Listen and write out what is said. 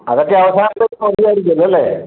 അതൊക്കെ അവസാനത്തേക്ക് മതിയായിരിക്കുമല്ലോ അല്ലേ